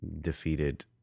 defeated